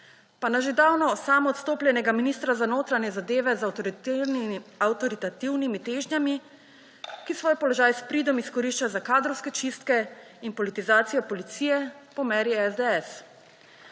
Pa na že davno samoodstopljenega ministra za notranje zadeve z avtoritativnimi težnjami, ki svoj položaj s pridom izkorišča za kadrovske čistke in politizacijo policije po meri SDS.